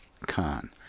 Khan